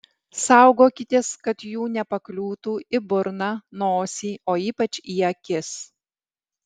saugokitės kad jų nepakliūtų į burną nosį o ypač į akis